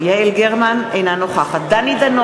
נא לגשת לחבר הכנסת מאיר